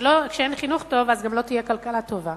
וכשאין חינוך טוב גם לא תהיה כלכלה טובה,